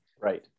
Right